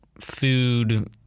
food